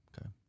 okay